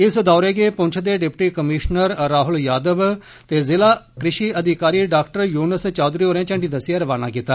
इस दौरे गी पुंछ दे डिप्टी कमीशनर राहूल यादव ते जिला कृषि अधिकारी डा युनस चौधरी होर झंडी दस्सिए खवाना कीता